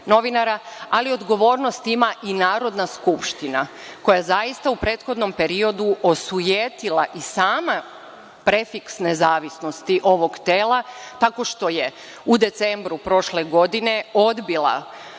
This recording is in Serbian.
Ali, odgovornost ima i Narodna skupština koja je zaista u prethodnom periodu osujetila i sama prefiks nezavisnosti ovog tela, tako što je u decembru prošle godine odbila